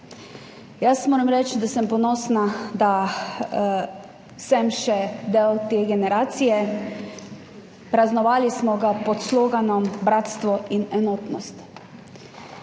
Moram reči, da sem ponosna, da sem še del te generacije, praznovali smo ga pod sloganom Bratstvo in enotnost.